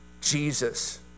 Jesus